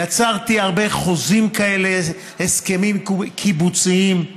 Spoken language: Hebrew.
יצרתי הרבה חוזים כאלה, הסכמים קיבוציים,